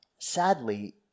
Sadly